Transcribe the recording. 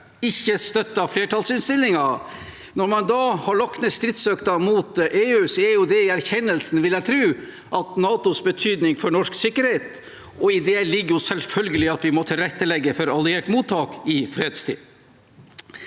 ikke støtter flertallsinnstillingen. Når man har lagt ned stridsøksen, vil jeg tro at det er i erkjennelsen av NATOs betydning for norsk sikkerhet, og i det ligger det jo selvfølgelig at vi må tilrettelegge for alliert mottak i fredstid.